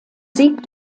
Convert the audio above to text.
sieg